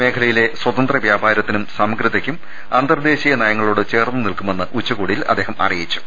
മേഖലയിലെ സ്വതന്ത്ര വ്യാപാ രത്തിനും സമഗ്രതയ്ക്കും അന്തർദേശീയ നയങ്ങളോട് ചേർന്ന് നിൽക്കുമെന്ന് ഉച്ചകോടിയിൽ അദ്ദേഹം അറിയിച്ചു